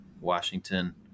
Washington